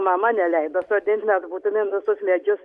mama neleido sodint nes būtumėm visus medžius